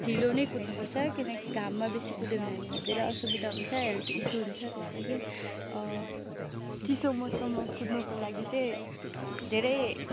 ढिलो नै कुदनुपर्छ किनकि घाममा बेसी कुद्यो भने हामीलाई धेरै असुविधा हुन्छ हेल्थ इस्यू हुन्छ त्यस लागि चिसो मौसममा कुद्नुको लागि चाहिँ धेरै